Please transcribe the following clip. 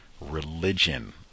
Religion